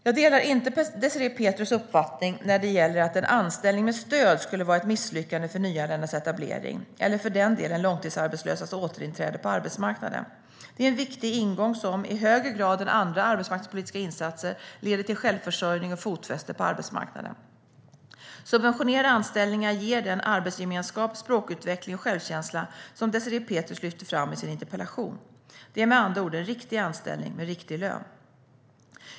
Jag delar inte Désirée Pethrus uppfattning att en anställning med stöd skulle vara ett misslyckande för nyanländas etablering eller för den delen för långtidsarbetslösas återinträde på arbetsmarknaden. Det är en viktig ingång som, i högre grad än andra arbetsmarknadspolitiska insatser, leder till självförsörjning och fotfäste på arbetsmarknaden. Subventionerade anställningar ger den arbetsgemenskap, språkutveckling och självkänsla som Désirée Pethrus lyfter fram i sin interpellation. Det är med andra ord en riktig anställning med riktig lön.